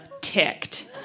ticked